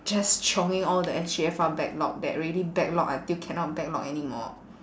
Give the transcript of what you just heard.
just chionging all the S_G_F_R backlog that already backlog until cannot backlog anymore